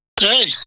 Hey